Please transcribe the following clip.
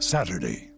Saturday